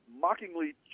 mockingly